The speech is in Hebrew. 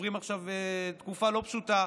שעוברים עכשיו תקופה לא פשוטה,